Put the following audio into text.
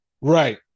Right